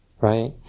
right